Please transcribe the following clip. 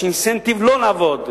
יש אינסנטיב לא לעבוד.